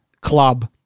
club